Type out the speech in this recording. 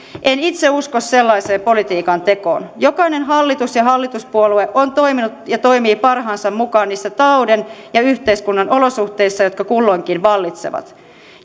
en itse usko sellaiseen politiikantekoon jokainen hallitus ja hallituspuolue on toiminut ja toimii parhaansa mukaan niissä talouden ja yhteiskunnan olosuhteissa jotka kulloinkin vallitsevat